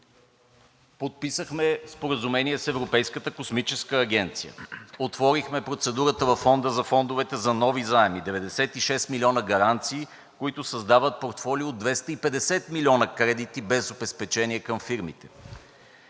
Подписахме споразумения с Европейската космическа агенция. Отворихме процедурата във Фонда за фондовете за нови заеми – 96 милиона гаранции, които създават портфолио – 250 милиона кредити, без обезпечение към фирмите.